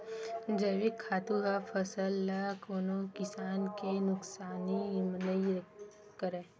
जइविक खातू ह फसल ल कोनो किसम के नुकसानी नइ करय